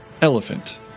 elephant